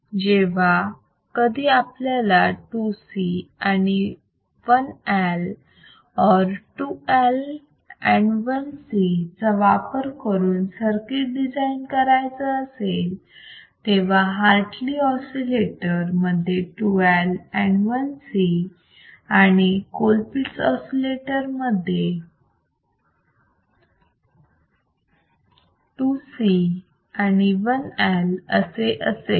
जेव्हा कधी आपल्याला 2C and 1L or 2L and 1C चा वापर करून सर्किट डिझाईन करायचे असेल तेव्हा हार्टली ऑसिलेटर मध्ये 2L आणि 1C आणि कोलपिट्स ऑसिलेटर मध्ये 2C आणि 1L असे असेल